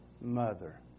mother